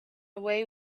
away